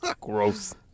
Gross